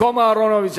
במקום אהרונוביץ.